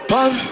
Pop